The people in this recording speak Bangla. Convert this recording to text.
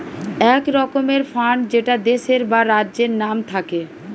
এক রকমের ফান্ড যেটা দেশের বা রাজ্যের নাম থাকে